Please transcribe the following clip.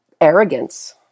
arrogance